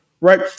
Right